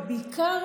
ובעיקר